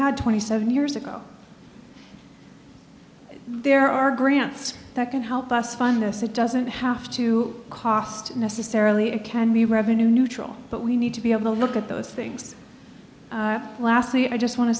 had twenty seven years ago there are grants that can help us fund this it doesn't have to cost necessarily it can be revenue neutral but we need to be able to look at those things lastly i just want to